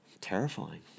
Terrifying